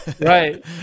Right